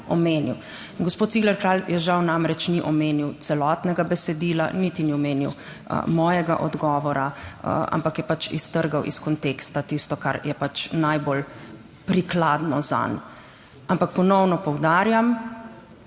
omenil. Gospod Cigler Kralj je žal, namreč ni omenil celotnega besedila, niti ni omenil mojega odgovora, ampak je pač iztrgal iz konteksta tisto, kar je pač najbolj prikladno zanj. Ampak ponovno poudarjam,